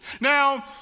Now